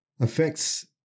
affects